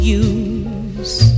use